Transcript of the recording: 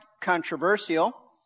controversial